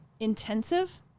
intensive